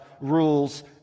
rules